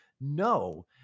No